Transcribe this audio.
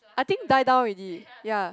I think die down already ya